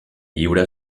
lliure